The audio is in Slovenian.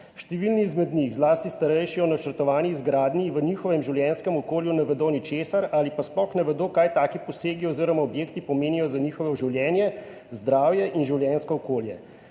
Številni izmed njih, zlasti starejši, o načrtovani izgradnji v svojem življenjskem okolju ne vedo ničesar ali pa sploh ne vedo, kaj taki posegi oziroma objekti pomenijo za njihovo življenje, zdravje in življenjsko okolje.